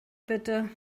bitte